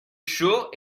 chaud